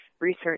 Research